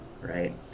right